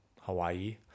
Hawaii